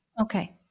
Okay